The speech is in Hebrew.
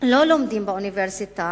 לא לומדים באוניברסיטה,